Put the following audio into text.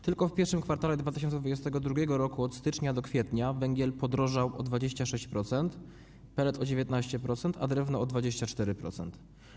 Tylko w I kwartale 2022 r., od stycznia do kwietnia, węgiel podrożał o 26%, pelet o 19%, a drewno o 24%.